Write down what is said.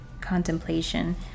contemplation